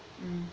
mm